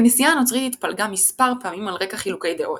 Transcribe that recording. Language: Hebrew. הכנסייה הנוצרית התפלגה מספר פעמים על רקע חילוקי דעות.